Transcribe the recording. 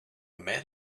man